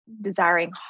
desiring